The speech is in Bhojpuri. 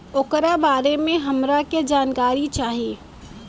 ओकरा बारे मे हमरा के जानकारी चाही?